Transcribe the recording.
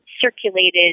circulated